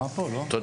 כולם מוזמנים.